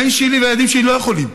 הבן שלי והילדים שלי לא יכולים.